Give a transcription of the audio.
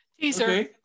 teaser